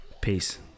Peace